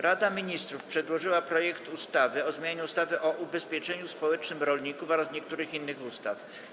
Rada Ministrów przedłożyła projekt ustawy o zmianie ustawy o ubezpieczeniu społecznym rolników oraz niektórych innych ustaw.